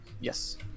Yes